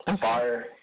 Fire